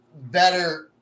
better